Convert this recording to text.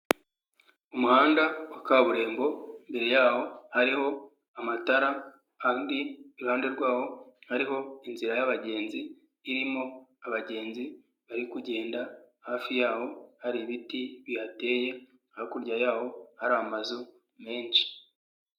Umuhanda wa kaburimbo imbere yaho hariho amatara andi iruhande rwawo hariho inzira y'abagenzi irimo abagenzi bari kugenda hafi yaho hari ibiti bihateye, hakurya yaho hari amazu menshi.